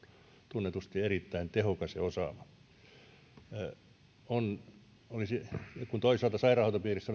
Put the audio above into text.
tunnetusti erittäin tehokas ja osaava kun toisaalta sairaanhoitopiirissä